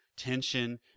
Tension